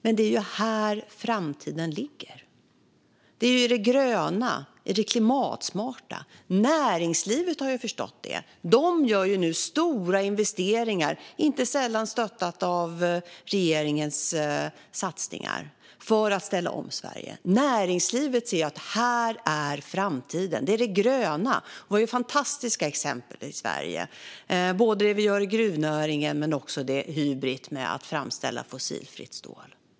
Men det är ju här framtiden ligger - i det gröna och i det klimatsmarta. Näringslivet har ju förstått det och gör nu stora investeringar, inte sällan stöttade av regeringens satsningar, för att ställa om Sverige. Näringslivet ser att det gröna är framtiden. Vi har fantastiska exempel i Sverige, till exempel när det gäller det vi gör i gruvnäringen och när det gäller det vi gör i Hybrit med att framställa fossilfritt stål.